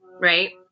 right